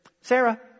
Sarah